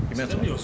有没有做